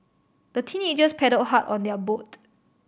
the teenagers paddled hard on their boat